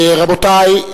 רבותי,